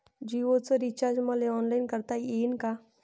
जीओच रिचार्ज मले ऑनलाईन करता येईन का?